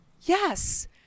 yes